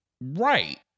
Right